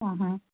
ಹಾಂ ಹಾಂ